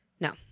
No